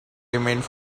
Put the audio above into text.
remained